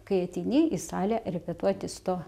kai ateini į salę repetuoti su tuo